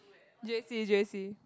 j_c j_c